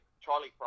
Charlie